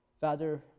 Father